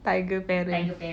tiger parent